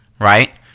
right